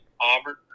Auburn